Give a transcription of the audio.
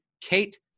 Kate